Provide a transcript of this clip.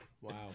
wow